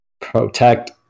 protect